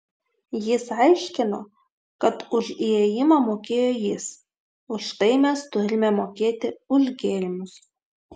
jis aiškino kad už įėjimą mokėjo jis už tai mes turime mokėti už gėrimus